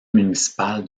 municipal